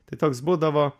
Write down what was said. tai toks būdavo